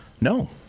No